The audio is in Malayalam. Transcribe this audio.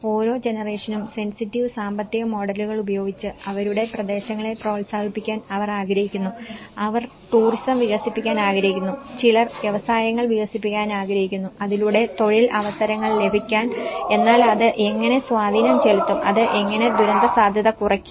ഓരോ ജനറേഷനും സെൻസിറ്റീവ് സാമ്പത്തിക മോഡലുകൾ ഉപയോഗിച്ച് അവരുടെ പ്രദേശങ്ങളെ പ്രോത്സാഹിപ്പിക്കാൻ അവർ ആഗ്രഹിക്കുന്നു അവർ ടൂറിസം വികസിപ്പിക്കാൻ ആഗ്രഹിക്കുന്നു ചിലത് വ്യവസായങ്ങൾ വികസിപ്പിക്കാൻ ആഗ്രഹിക്കുന്നു അതിലൂടെ തൊഴിൽ അവസരങ്ങൾ ലഭിക്കാൻ എന്നാൽ അത് എങ്ങനെ സ്വാധീനം ചെലുത്തും അത് എങ്ങനെ ദുരന്തസാധ്യത കുറയ്ക്കും